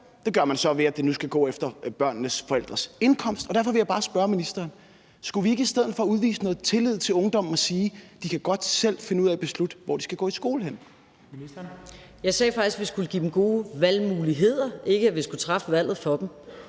det gør man så, ved at det nu skal gå efter børnenes forældres indkomst. Derfor vil jeg bare spørge ministeren: Skulle vi ikke i stedet for udvise noget tillid til ungdommen og sige, at de godt selv kan finde ud af at beslutte, hvor de skal gå i skole henne? Kl. 13:25 Den fg. formand (Jens Henrik Thulesen Dahl): Ministeren.